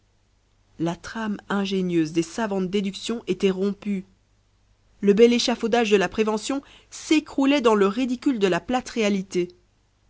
la trame ingénieuse des savantes déductions était rompue le bel échafaudage de la prévention s'écroulait dans le ridicule de la plate